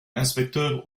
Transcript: inspecteur